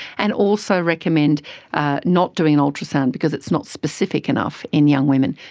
and also recommend ah not doing ultrasound because it's not specific enough in young women.